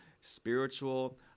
spiritual